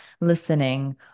listening